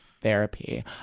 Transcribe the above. therapy